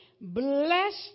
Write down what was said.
Blessed